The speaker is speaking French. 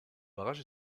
barrage